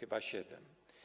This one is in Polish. chyba 207.